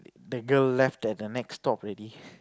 that girl left at the next stop already